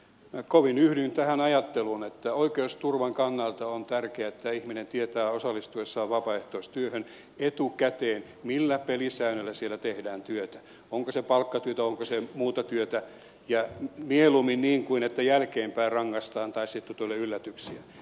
minä kovin yhdyn tähän ajatteluun että oikeusturvan kannalta on tärkeää että ihminen tietää osallistuessaan vapaaehtoistyöhön etukäteen millä pelisäännöillä siellä tehdään työtä onko se palkkatyötä onko se muuta työtä ja mieluummin niin kuin niin että jälkeenpäin rangaistaan tai sitten tulee yllätyksiä